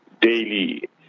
daily